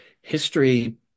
history